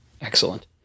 Excellent